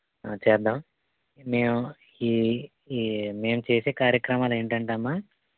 చేద్దాము నేను ఈ ఈ మేము చేసే కార్యక్రమాలు ఏంటంటే అమ్మా